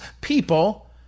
people